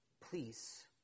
please